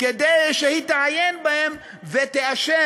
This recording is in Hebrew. כדי שהיא תעיין בהם ותאשר.